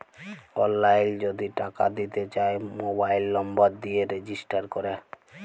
অললাইল যদি টাকা দিতে চায় মবাইল লম্বর দিয়ে রেজিস্টার ক্যরে